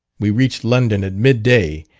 we reached london at mid-day,